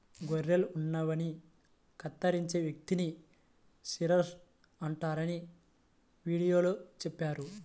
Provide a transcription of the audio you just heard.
గొర్రెల ఉన్నిని కత్తిరించే వ్యక్తిని షీరర్ అంటారని వీడియోలో చెప్పారు